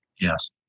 Yes